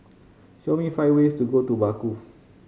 show me five ways to go to Baku